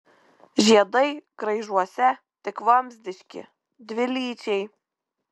žiedai graižuose tik vamzdiški dvilyčiai